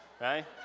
Right